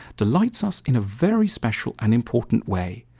delights us in a very special and important way.